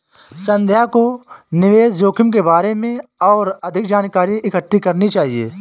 संध्या को निवेश जोखिम के बारे में और अधिक जानकारी इकट्ठी करनी चाहिए